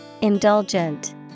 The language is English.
Indulgent